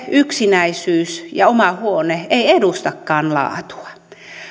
yksinäisyys ja oma huone ei aina edustakaan laatua